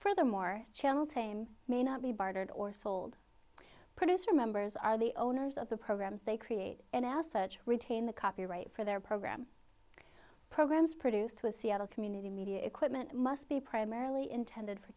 furthermore channel time may not be bartered or sold producer members are the owners of the programs they create and asked such retain the copyright for their program programs produced with seattle community media equipment must be primarily